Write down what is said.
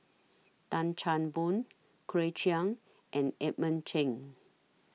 Tan Chan Boon Claire Chiang and Edmund Cheng